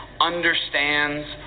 understands